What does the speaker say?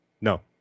no